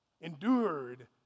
endured